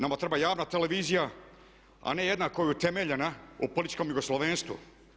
Nama treba javna televizija a ne jedna koja je utemeljena o političkom jugoslavenstvu.